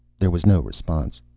there was no response.